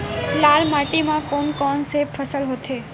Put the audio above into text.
लाल माटी म कोन कौन से फसल होथे?